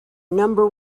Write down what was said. number